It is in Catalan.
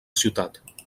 ciutat